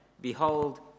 behold